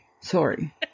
Sorry